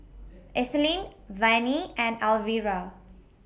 Ethelyn Vannie and Alvira